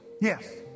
yes